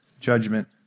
Judgment